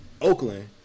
Oakland